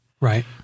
Right